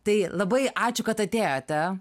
tai labai ačiū kad atėjote